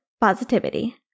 positivity